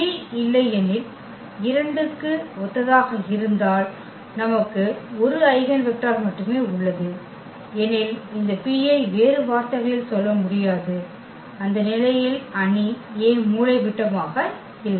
P இல்லையெனில் 2 க்கு ஒத்ததாக இருந்தால் நமக்கு 1 ஐகென் வெக்டர் மட்டுமே உள்ளது எனில் இந்த P ஐ வேறு வார்த்தைகளில் சொல்ல முடியாது அந்த நிலையில் அணி A மூலைவிட்டமாக இல்லை